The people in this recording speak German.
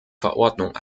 verordnung